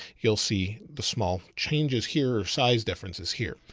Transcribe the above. you'll see the small changes here, size differences here.